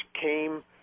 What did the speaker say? came